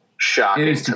Shocking